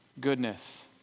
goodness